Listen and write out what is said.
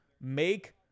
make